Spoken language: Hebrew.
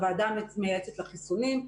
הוועדה המייעצת לחיסונים,